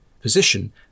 position